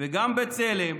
וגם בבצלם